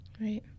Right